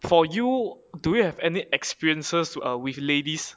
for you do you have any experiences to err with ladies